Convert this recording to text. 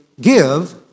Give